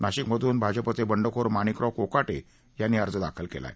नाशिक मधून भाजपचे बंडखोर माणिकराव कोकाटे यांनी अर्ज दाखल केला आहे